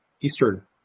Eastern